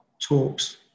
talks